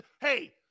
Hey